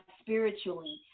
spiritually